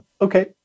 Okay